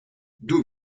d’où